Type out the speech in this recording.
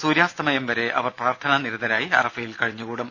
സൂര്യാസ്തമയം വരെ അവർ പ്രാർഥനാ നിരതരായി അറഫയിൽ കഴിഞ്ഞുകുടും